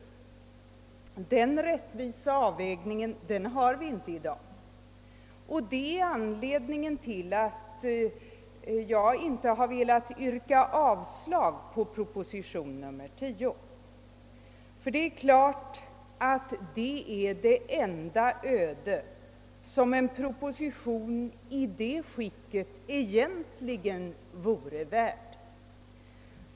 En sådan rättvisande avvägning har vi inte i dag, och det är anledningen till att jag inte har velat yrka avslag på proposition nr 10. Annars är väl ett avslag det öde som en proposition i det skicket egentligen vore värd.